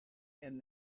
and